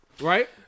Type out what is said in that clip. right